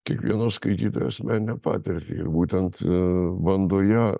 kiekvieno skaitytojo asmeninę patirtį ir būtent bando ją